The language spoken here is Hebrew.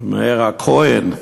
מאיר הכהן,